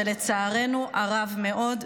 ולצערנו הרב מאוד,